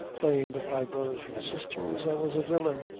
playing with my brothers and sisters, i was a villain.